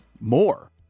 more